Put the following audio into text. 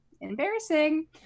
embarrassing